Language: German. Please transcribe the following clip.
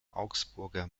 augsburger